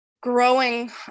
growing